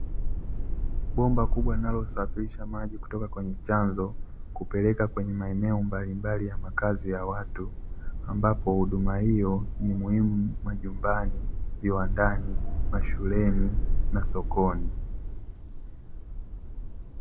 Bomba kubwa linalosafilisha maji kutoka kwenye chanzo kupeleka kwenye maeneo mbali mbali ya makazi ya watu, ambapo huduma hiyo ni muhimu majumbani, viwandani, mashuleni na sokoni.